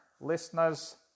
listeners